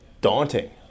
daunting